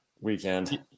weekend